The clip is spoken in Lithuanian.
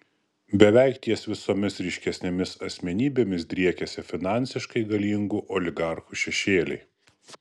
beveik ties visomis ryškesnėmis asmenybėmis driekiasi finansiškai galingų oligarchų šešėliai